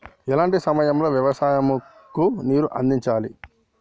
ఎలాంటి సమయం లో వ్యవసాయము కు నీరు అందించాలి?